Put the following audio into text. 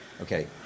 okay